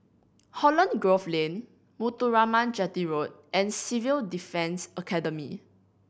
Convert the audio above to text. Holland Grove Lane Muthuraman Chetty Road and Civil Defence Academy